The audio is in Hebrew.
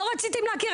לא רציתם להכיר.